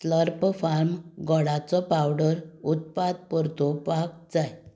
Slurrp Farm गोडाचो powder उत्पाद परतोवपाक जाय